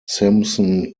simpson